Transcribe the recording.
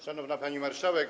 Szanowna Pani Marszałek!